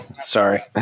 Sorry